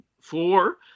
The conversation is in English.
four